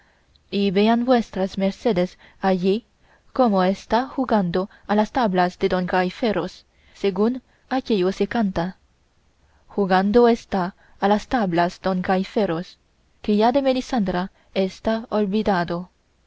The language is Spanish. y vean vuesas mercedes allí cómo está jugando a las tablas don gaiferos según aquello que se canta jugando está a las tablas don gaiferos que ya de melisendra está olvidado